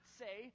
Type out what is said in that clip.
say